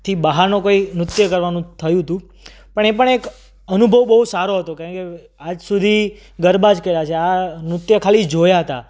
થી બહારનો કોઈ નૃત્ય કરવાનું થયું હતું પણ એ પણ એક અનુભવ બહુ બહુ સારો હતો કારણ કે આજ સુધી ગરબા જ કર્યા છે આ નૃત્ય ખાલી જોયા હતાં